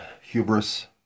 hubris